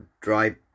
dry